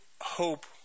hope